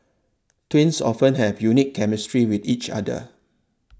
twins often have a unique chemistry with each other